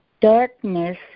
darkness